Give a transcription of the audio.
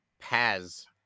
paz